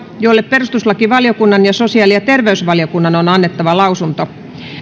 jolle perustuslakivaliokunnan ja sosiaali ja terveysvaliokunnan on annettava lausunto